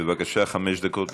בבקשה, חמש דקות לרשותך.